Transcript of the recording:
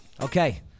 Okay